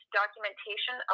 documentation